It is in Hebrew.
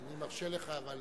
אני מרשה לך, אבל